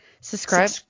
subscribe